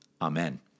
Amen